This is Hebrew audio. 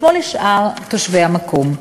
כמו לשאר תושבי המקום.